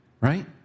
Right